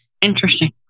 Interesting